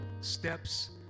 steps